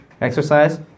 Exercise